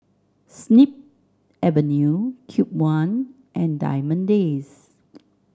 Snip Avenue Cube One and Diamond Days